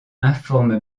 informe